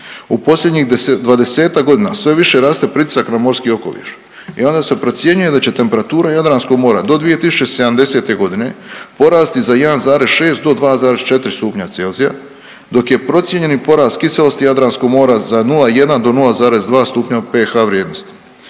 U posljednjih 20-tak godina sve više raste pritisak na morski okoliš i onda se procjenjuje da će temperatura Jadranskog mora do 2070.g. porasti za 1,6 do 2,4 stupnja celzija, dok je procijenjeni porast kiselosti Jadranskog mora za 0,1 do 0,2 stupnja pH- vrijednosti.